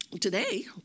today